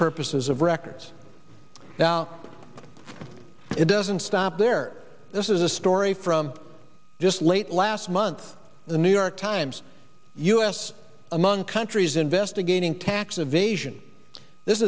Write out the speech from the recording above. purposes of records now it doesn't stop there this is a story from just late last month the new york times us among countries investigating tax evasion this